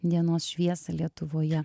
dienos šviesą lietuvoje